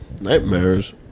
Nightmares